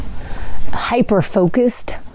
hyper-focused